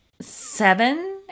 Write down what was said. seven